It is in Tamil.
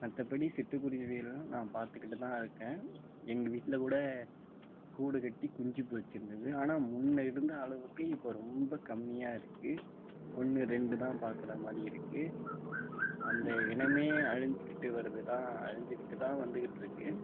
மற்றப்படி சிட்டுக்குருவியெல்லாம் நான் பார்த்துக்கிட்டுதான் இருக்கேன் எங்கள் வீட்டில் கூட கூடு கட்டி குஞ்சு பொரிச்சியிருந்துது ஆனால் முன்னே இருந்த அளவுக்கு இப்போ ரொம்ப கம்மியாக இருக்கு ஒன்று ரெண்டுதான் பார்க்குறாமாரி இருக்கு அந்த இனமே அழிஞ்சிக்கிட்டு வருதுதான் அழிஞ்சிக்கிட்டுதான் வந்துக்கிட்டு இருக்கு